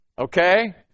Okay